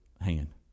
hand